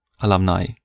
alumni